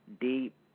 deep